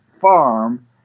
farm